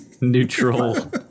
neutral